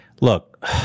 Look